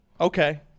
Okay